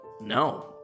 No